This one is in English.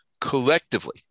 collectively